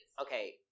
Okay